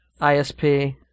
ISP